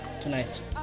tonight